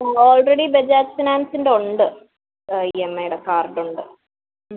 already Bajaj ഫിനാൻസിൻ്റെ ഉണ്ട് E M ഐടെ കാർഡ് ഉണ്ട് ഉം